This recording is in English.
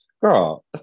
girl